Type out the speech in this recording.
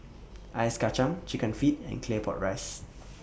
Ice Kacang Chicken Feet and Claypot Rice